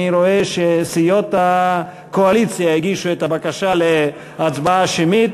אני רואה שסיעות הקואליציה הגישו את הבקשה להצבעה שמית,